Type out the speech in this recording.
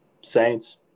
Saints